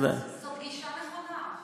זאת גישה נכונה.